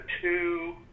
two